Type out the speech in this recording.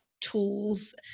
tools